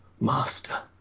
master